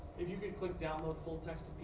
if you could click download full text